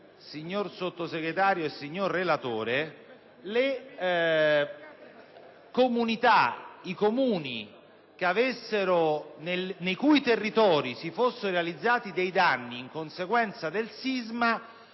signor Sottosegretario, signor relatore, i Comuni nel cui territorio si fossero realizzati danni in conseguenza del sisma